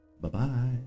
Bye-bye